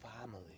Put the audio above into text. family